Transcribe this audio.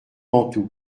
mantoue